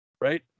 Right